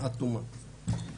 עד תומה.